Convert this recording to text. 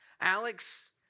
Alex